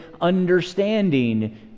understanding